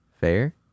Fair